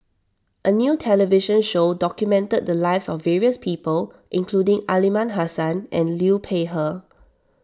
a new television show documented the lives of various people including Aliman Hassan and Liu Peihe